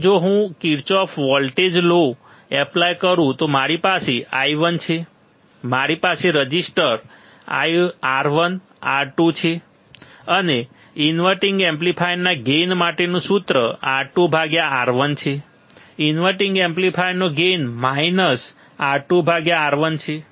હવે જો હું Kirchhoff voltage law Kirchhoff's voltage law apply કરું તો મારી પાસે i1 છે મારી પાસે રેઝિસ્ટર R1 R2 છે અનેઇન્વર્ટીંગ એમ્પ્લીફાયરના ગેઇન માટેનું સૂત્ર R2R1 છે ઇન્વર્ટીંગ એમ્પ્લીફાયરનો ગેઇન માઇનસ R2R1 છે